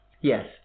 Yes